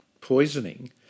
poisoning